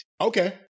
Okay